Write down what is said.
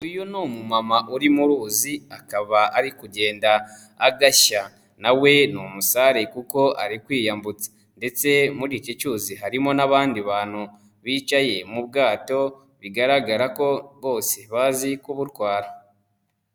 Uyu ni umumama uri mu ruzi akaba ari kugenda agashya nawe we ni umusare kuko ari kwiyambutsa ndetse muri iki cyuzi harimo n'abandi bantu bicaye mu bwato bigaragara ko bose bazi kubutwara.